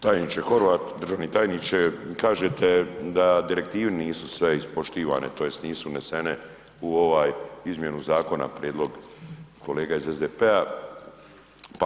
Tajniče Horvat, državni tajniče, kažete da direktive nisu sve ispoštivane tj. nisu unesene u ovu izmjenu zakona, prijedlog kolega iz SDP-a.